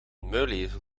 muilezel